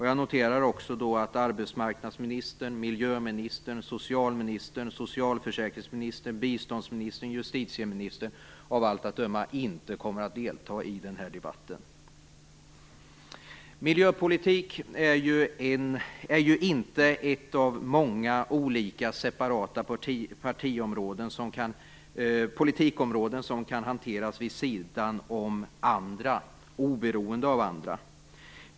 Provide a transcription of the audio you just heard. Jag noterar också att arbetsmarknadsministern, miljöministern, socialministern, socialförsäkringsministern, biståndsministern och justitieministern av allt att döma inte kommer att delta i den här debatten. Miljöpolitik är inte ett av många olika separata politikområden som kan hanteras vid sidan av andra och oberoende av andra.